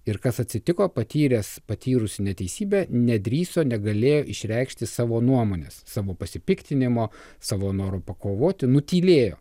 ir kas atsitiko patyręs patyrusi neteisybę nedrįso negalėjo išreikšti savo nuomonės savo pasipiktinimo savo noru pakovoti nutylėjo